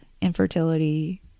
infertility